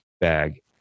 bag